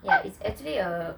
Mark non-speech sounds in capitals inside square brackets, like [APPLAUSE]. [LAUGHS]